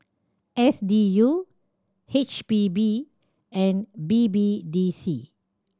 S D U H P B and B B D C